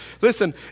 Listen